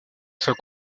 sont